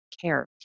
care